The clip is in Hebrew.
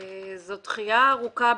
זאת דחייה ארוכה,